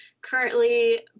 currently